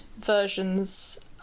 versions